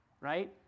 right